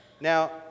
Now